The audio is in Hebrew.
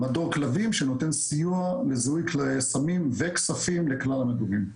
מדור כלבים שנותן סיוע בזיהוי סמים וכספים לכלל המדורים.